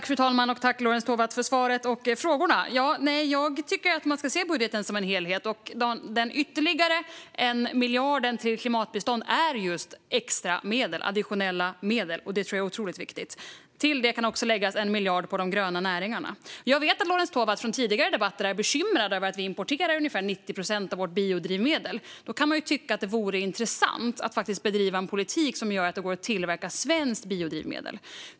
Fru talman! Tack, Lorentz Tovatt, för svaret och frågorna! Jag tycker att man ska se budgeten som en helhet. Den ytterligare miljarden till klimatbiståndet är just extra, additionella medel, och det är otroligt viktigt. Till detta kan också läggas 1 miljard som vi satsar på de gröna näringarna. Jag vet från tidigare debatter att Lorentz Tovatt är bekymrad över att vi importerar ungefär 90 procent av vårt biodrivmedel. Man kan tycka att det vore intressant att faktiskt bedriva en politik som gör att det går att tillverka svenskt biodrivmedel.